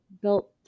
built